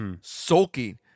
sulking